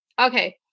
Okay